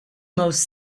most